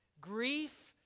Grief